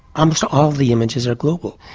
um but all the images are global.